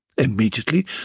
Immediately